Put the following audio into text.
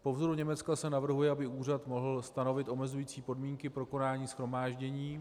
Po vzoru Německa se navrhuje, aby úřad mohl stanovit omezující podmínky pro konání shromáždění.